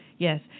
Yes